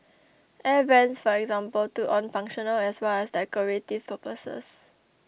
Air Vents for example took on functional as well as decorative purposes